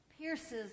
pierces